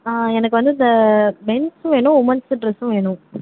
ஆ எனக்கு வந்து இந்த மென்ஸும் வேணும் உமன்ஸ் ட்ரஸும் வேணும்